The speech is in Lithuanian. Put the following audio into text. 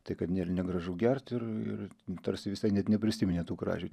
tai kad nėr negražu gert ir ir tarsi visai net neprisiminė tų kražių